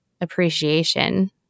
appreciation